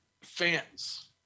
fans